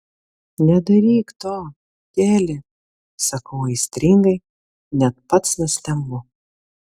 nedaryk to keli sakau aistringai net pats nustembu